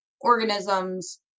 organisms